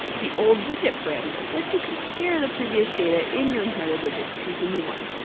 the oldwidget parameter lets you compare the previous data in your inheritedwidget to the new one.